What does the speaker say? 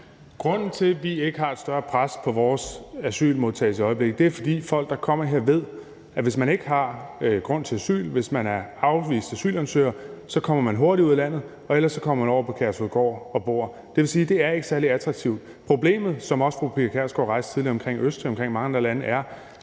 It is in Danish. Grunden til, at vi ikke har et større pres på vores asylmodtagelse i øjeblikket, er, at folk, der kommer her, ved, at hvis man ikke har grund til asyl og man er afvist asylansøger, så kommer man hurtigt ud af landet – og ellers kommer man over på Kærshovedgård og bor. Og det vil sige, at det ikke er særlig attraktivt. Problemet, som også fru Pia Kjærsgaards rejste tidligere, omkring Østrig og mange andre lande er,